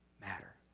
matter